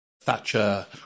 Thatcher